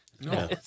No